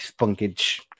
spunkage